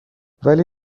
ولی